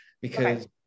because-